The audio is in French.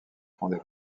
fondée